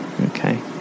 Okay